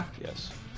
Yes